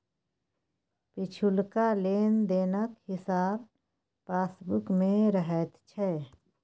पिछुलका लेन देनक हिसाब पासबुक मे रहैत छै